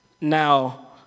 Now